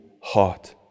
heart